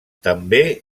també